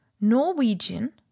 Norwegian